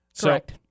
Correct